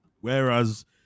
Whereas